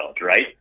right